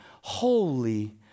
holy